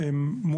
לא,